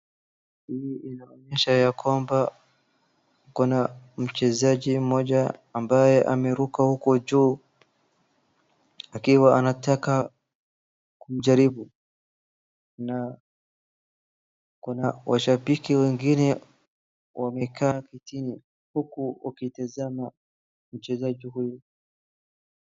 Hii inaonyesha ya kwamba kuna mchezaji mmoja ambaye ameruka huko juu akiwa anataka kujaribu na kuna washabiki wengine wamekaa vitini, huku wakitazama mchezaji huyu.